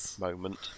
moment